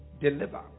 deliver